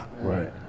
Right